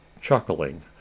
chuckling